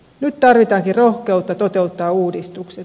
nyt tarvitaankin rohkeutta toteuttaa uudistukset